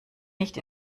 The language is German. nicht